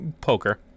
poker